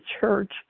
church